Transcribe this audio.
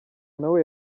nawe